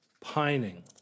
pining